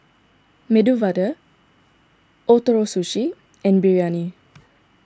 Medu Vada Ootoro Sushi and Biryani